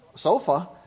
sofa